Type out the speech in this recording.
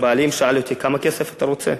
הבעלים שאל אותי כמה כסף אתה רוצה?